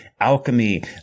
alchemy